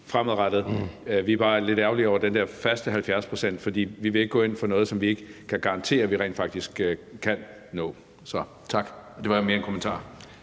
fremadrettet, men vi er bare lidt ærgerlige over den der faste 70-procentsmålsætning, for vi vil ikke gå ind for noget, som vi ikke kan garantere at vi rent faktisk kan nå. Så tak. Det var mere en kommentar.